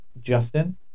Justin